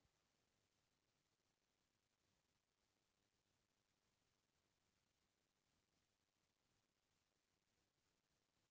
ओस्मानाबादी नसल के छेरी बोकरा ह महारास्ट राज के ओस्मानाबादी जिला म पाए जाथे